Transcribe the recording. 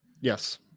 yes